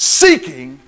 seeking